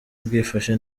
bwifashe